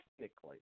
technically